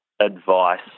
advice